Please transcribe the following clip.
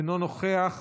אינו נוכח.